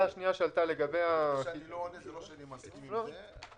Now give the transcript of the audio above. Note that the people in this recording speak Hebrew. זה שאני לא עונה זה לא שאני מסכים עם זה.